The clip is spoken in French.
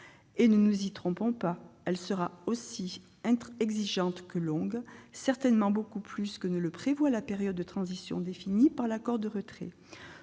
et ne nous y trompons pas : elle sera aussi exigeante que longue, certainement beaucoup plus longue que la période de transition définie par l'accord de retrait.